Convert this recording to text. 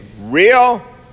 real